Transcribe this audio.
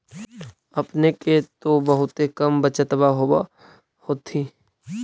अपने के तो बहुते कम बचतबा होब होथिं?